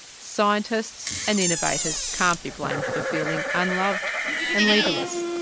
scientists and innovators can't be blamed for feeling unloved and leaderless.